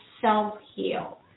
self-heal